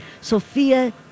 Sophia